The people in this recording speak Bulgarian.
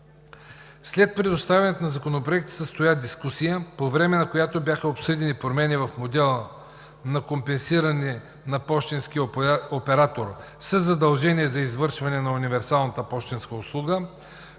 След представянето на Законопроекта се състоя дискусия, по време на която бяха обсъдени промените в модела на компенсиране на пощенския оператор със задължение за извършване на универсалната пощенска услуга,